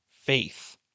faith